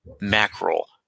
mackerel